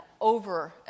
over